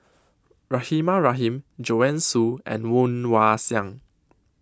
Rahimah Rahim Joanne Soo and Woon Wah Siang